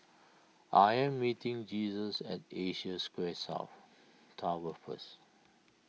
I am meeting Jesus at Asia Square South Tower first